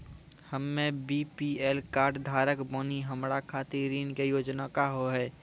हम्मे BPL card धारक बानि हमारा खातिर ऋण के योजना का होव हेय?